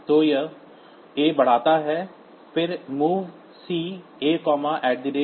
तो यह a बढ़ाता है फिर movc aapc